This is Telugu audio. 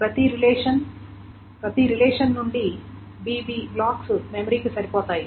ప్రతి రిలేషన్ నుండి bb బ్లాక్స్ మెమరీకి సరిపోతాయి